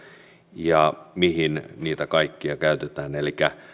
ja mihin niitä kaikkia käytetään elikkä